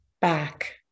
back